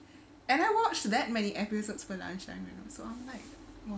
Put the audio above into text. and I watched that many episodes for lunchtime and also I'm like !wow!